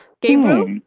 Gabriel